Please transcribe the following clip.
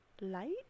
light